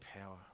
power